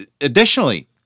additionally